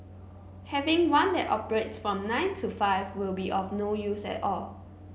having one that operates from nine to five will be of no use at all